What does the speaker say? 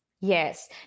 Yes